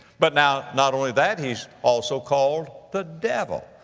but now not only that, he's also called the devil.